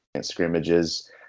scrimmages